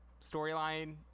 storyline